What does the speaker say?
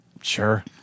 Sure